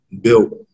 built